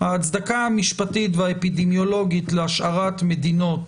ההצדקה המשפטית והאפידמיולוגית להשארת מדינות